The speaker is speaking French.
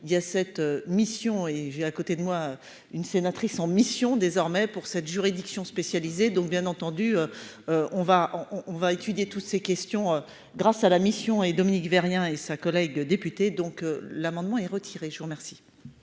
il y a cette mission et j'ai à côté de moi une sénatrice en mission désormais pour cette juridiction spécialisée, donc bien entendu on va on on va étudier toutes ces questions, grâce à la mission et Dominique veut rien et sa collègue député donc l'amendement est retiré, je vous remercie.